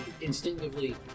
instinctively